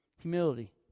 Humility